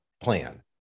plan